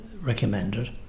recommended